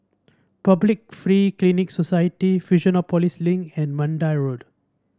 Public Free Clinic Society Fusionopolis Link and Mandai Road